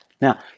Now